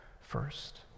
first